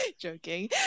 Joking